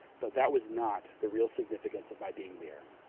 but that was not the real significance of my being there.